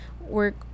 work